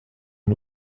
une